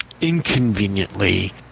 inconveniently